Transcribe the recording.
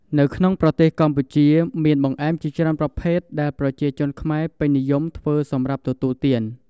នៅក្នុងប្រទេសសកម្ពុជា មានបង្អែមជាច្រើនប្រភេទដែលប្រជាជនខ្មែរពេញនិយមធ្វើសម្រាប់ទទួលទាន។